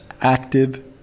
Active